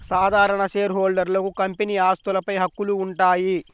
సాధారణ షేర్హోల్డర్లకు కంపెనీ ఆస్తులపై హక్కులు ఉంటాయి